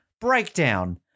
breakdown